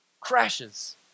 crashes